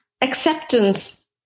acceptance